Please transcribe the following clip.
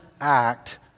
act